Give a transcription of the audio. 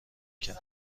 کرد